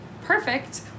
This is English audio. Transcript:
perfect